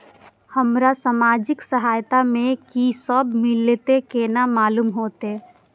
हमरा सामाजिक सहायता में की सब मिलते केना मालूम होते?